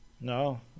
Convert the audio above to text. No